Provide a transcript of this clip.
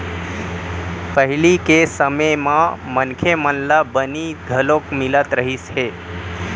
पहिली के समे म मनखे मन ल बनी घलोक मिलत रहिस हे